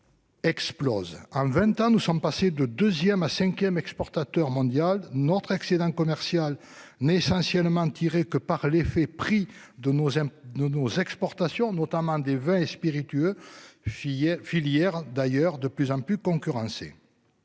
en 20 ans, nous sommes passés de 2ème à 5ème exportateur mondial notre excédent commercial n'est essentiellement tirée que par l'effet prix de nos amis, nos, nos exportations notamment des vins et spiritueux. Filière d'ailleurs de plus en plus concurrencé.